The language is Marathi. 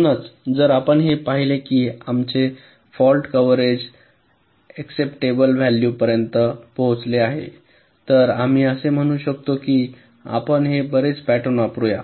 म्हणूनच जर आपण हे पाहिले की आमचे फॉल्ट कव्हरेज ऍक्सेप्टेबल व्हॅलू पर्यंत पोहोचले आहे तर आम्ही असे म्हणू शकतो की आपण हे बरेच पॅटर्न वापरूया